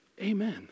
amen